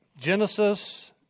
Genesis